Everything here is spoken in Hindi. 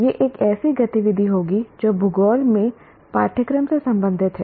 यह एक ऐसी गतिविधि होगी जो भूगोल में पाठ्यक्रम से संबंधित है